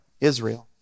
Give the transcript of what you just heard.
Israel